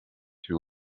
too